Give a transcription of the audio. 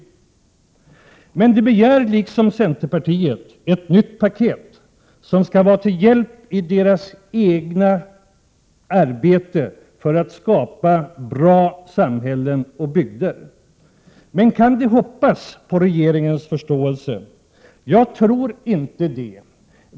De här kommunerna begär, liksom vi i centerpartiet, ett nytt paket som skall vara till hjälp i deras eget arbete för att skapa bra samhällen och bygder. Men kan de hoppas på regeringens förståelse? Jag tror inte det.